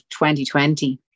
2020